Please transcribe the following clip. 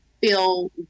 feel